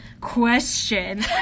question